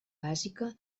bàsica